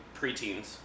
preteens